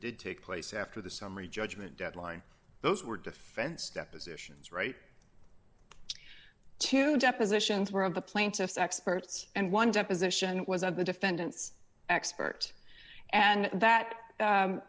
did take place after the summary judgment deadline those were defense depositions right two depositions were of the plaintiff's experts and one deposition was of the defendant's expert and that